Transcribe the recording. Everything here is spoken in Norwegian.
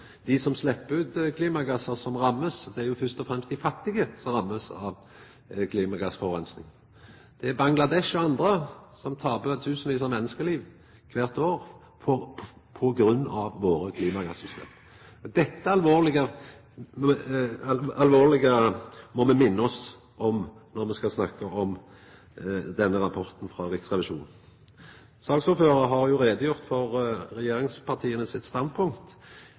ut klimagassar, som blir ramma. Det er først og fremst dei fattige som blir ramma av klimagassforureining. Det er Bangladesh og andre land som taper tusenvis av menneskeliv kvart år på grunn av klimagassutsleppa våre. Dette alvorlege må me minna om når me skal snakka om denne rapporten frå Riksrevisjonen. Saksordføraren har gjort greie for regjeringspartias standpunkt.